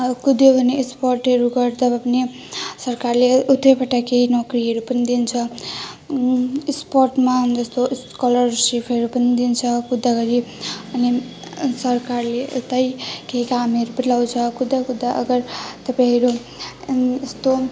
अब कुद्यो भने स्पोर्टहरू गर्दामा पनि सरकारले एउटैपटक केही नोकरीहरू पनि दिन्छ स्पोर्टमा जस्तो स्कलरसिपहरू पनि दिन्छ कुद्दाखेरि उनी सरकारले यतै केही कामहरू पनि लगाउँछ कुद्दा कुद्दा अगर तपाईँहरू यस्तो